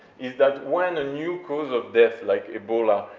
is that when a new cause of death, like ebola,